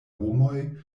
homoj